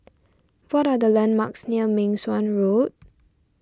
what are the landmarks near Meng Suan Road